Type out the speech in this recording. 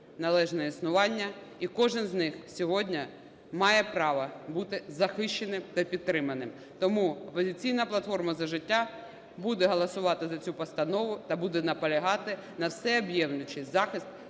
належне існування, і кожен з них сьогодні має право бути захищеним та підтриманим. Тому "Опозиційна платформа – За життя" буде голосувати за цю постанову та буде наполягати на всеоб'ємлюючий захист